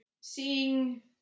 seeing